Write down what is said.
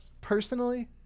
personally